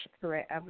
Correct